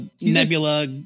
Nebula